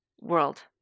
world